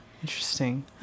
interesting